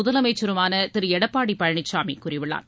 முதலமைச்சருமான திரு எடப்பாடி பழனிசாமி கூறியுள்ளார்